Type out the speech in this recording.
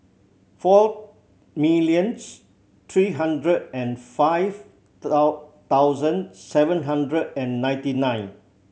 four millions three hundred and five thousand seven hundred and ninety nine